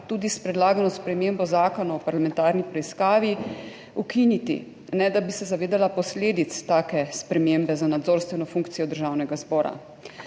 tudi s predlagano spremembo Zakona o parlamentarni preiskavi ukiniti ne da bi se zavedala posledic take spremembe za nadzorstveno funkcijo Državnega zbora.